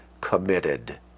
committed